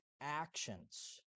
actions